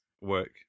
work